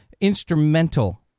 instrumental